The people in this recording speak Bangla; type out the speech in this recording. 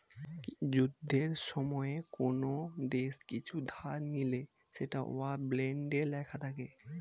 যুদ্ধের সময়ে কোন দেশ কিছু ধার নিলে সেটা ওয়ার বন্ডে লেখা থাকে